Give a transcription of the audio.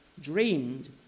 dreamed